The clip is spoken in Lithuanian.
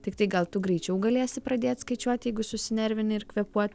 tiktai gal tu greičiau galėsi pradėt skaičiuoti jeigu susinervini ir kvėpuot